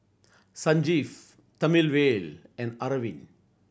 Sanjeev Thamizhavel and Arvind